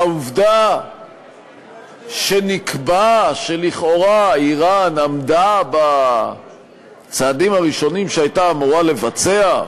העובדה שנקבע שלכאורה איראן עמדה בצעדים הראשונים שהייתה אמורה לבצע,